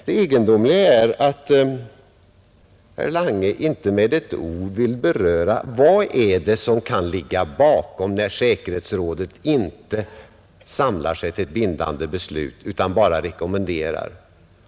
Det egendomliga är att herr Lange inte med ett ord vill beröra vad det är som kan ligga bakom när säkerhetsrådet inte samlar sig till bindande beslut utan bara rekommenderar.